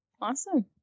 Awesome